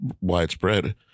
widespread